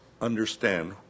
understand